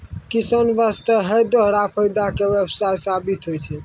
किसान वास्तॅ है दोहरा फायदा के व्यवसाय साबित होय छै